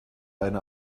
eine